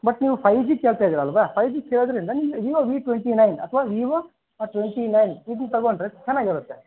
but ನೀವು five G ಕೇಳ್ತಾಯಿದ್ದೀರಲ್ವಾ five G ಕೇಳೋದರಿಂದ ನಿಮಗೆ ವೀವೋ ವಿ ಟ್ವೆಂಟಿ ನೈನ್ ಅಥ್ವಾ ವೀವೋ ಟ್ವೆಂಟಿ ನೈನ್ ಇದ್ನ ತಗೊಂಡರೆ ಚೆನ್ನಾಗಿರುತ್ತೆ